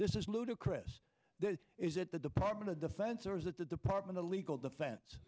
this is ludicrous is it the department of defense or is it the department of legal defense